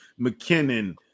McKinnon